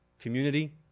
community